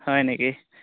হয় নেকি